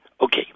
Okay